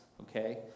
okay